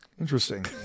Interesting